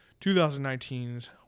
2019's